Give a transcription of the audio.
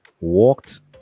walked